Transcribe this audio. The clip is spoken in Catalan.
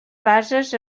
bases